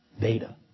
Data